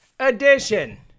edition